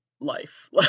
life